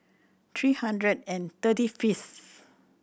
three hundred and thirty fifth